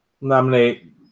Nominate